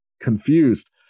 Confused